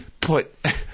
put